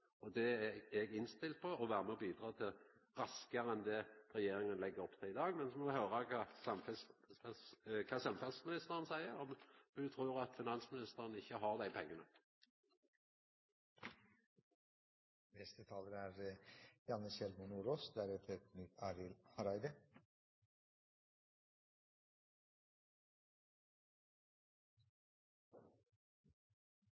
skulen. Det er eg innstilt på å vera med og bidra til – raskare enn det regjeringa legg opp til i dag. Men så får me høyra kva samferdselsministeren seier, om ho trur at finansministeren ikkje har dei pengane. Jeg er